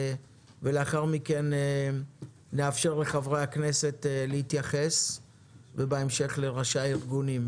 לאחר מכן נאפשר לחברי הכנסת לדבר ובהמשך לראשי הארגונים.